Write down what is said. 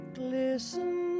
glisten